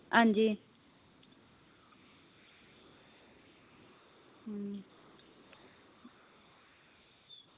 अंजी हूं